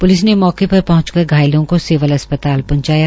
police ने मौके पर पहुंच कर घायलों को सिविल अस्पताल पहंचाया